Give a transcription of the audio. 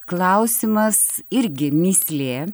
klausimas irgi mįslė